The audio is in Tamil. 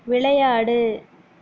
விளையாடு